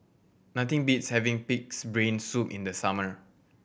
nothing beats having Pig's Brain Soup in the summer